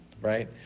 right